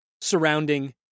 surrounding